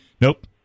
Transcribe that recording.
Nope